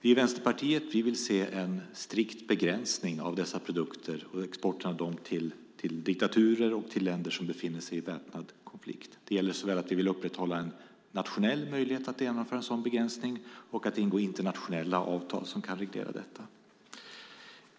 Vi i Vänsterpartiet vill se en strikt begränsning av dessa produkter och export av dem till diktaturer och till länder som befinner sig i väpnad konflikt. Vi vill upprätthålla såväl en nationell möjlighet att införa en sådan begränsning som en möjlighet att ingå internationella avtal som kan reglera detta.